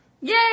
Yay